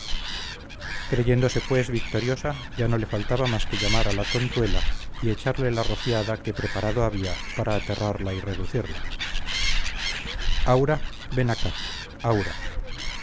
creyéndose pues victoriosa ya no le faltaba más que llamar a la tontuela y echarle la rociada que preparado había para aterrarla y reducirla aura ven acá aura